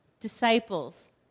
Disciples